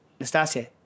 Nastasia